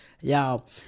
y'all